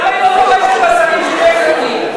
למה היא לא דורשת בשרים של יש עתיד 50%?